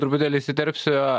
truputėlį įsiterpsiu